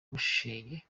bushenge